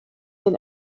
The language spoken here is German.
den